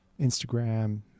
Instagram